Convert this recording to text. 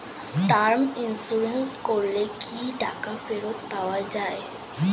Term insurance করলে কি টাকা ফেরত পাওয়া যায়?